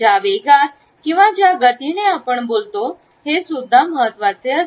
ज्या वेगात किंवा ज्या गतीने आपण बोलतो हेसुद्धा महत्त्वाचे असते